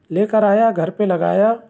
لے کر آیا گھر پہ لگایا